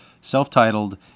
self-titled